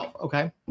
okay